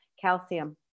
calcium